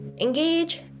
Engage